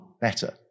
better